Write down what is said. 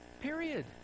Period